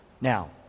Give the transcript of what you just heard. Now